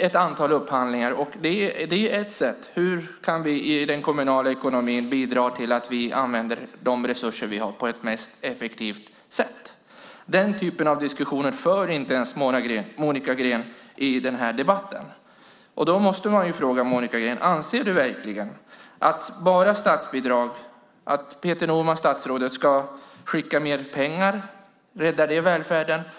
ett antal upphandlingar. Det är ett sätt. Hur kan vi i den kommunala ekonomin bidra till att vi använder de resurser som vi har på det mest effektiva sättet? Den typen av diskussioner för inte ens Monica Green i denna debatt. Då måste jag fråga Monica Green: Anser du verkligen att statsrådet Peter Norman ska skicka mer pengar? Räddar det välfärden?